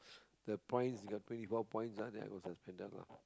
the points you got twenty four points then I got suspended lah